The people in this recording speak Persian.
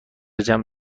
جمع